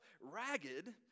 ragged